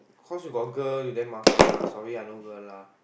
cause you got girl you damn 麻烦:mafan lah sorry I no girl lah